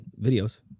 videos